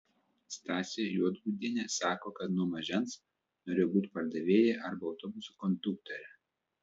stasė juodgudienė sako kad nuo mažens norėjo būti pardavėja arba autobuso konduktore